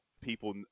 people